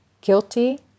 guilty